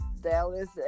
Dallas